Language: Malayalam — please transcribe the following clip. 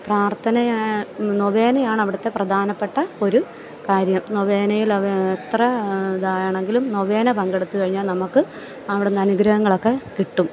പ്രാർത്ഥനയ നൊവേനയാണ് അവിടുത്തെ പ്രധാനപ്പെട്ട ഒരു കാര്യം നൊവേനയിൽ അവ എത്ര ഇതാണെങ്കിലും നൊവേന പങ്കെടുത്ത് കഴിഞ്ഞാൽ നമുക്ക് അവിടെന്ന് അനുഗ്രഹങ്ങളൊക്കെ കിട്ടും